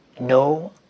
no